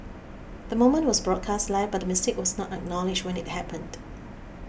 the moment was broadcast live but the mistake was not acknowledged when it happened